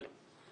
לא.